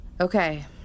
Okay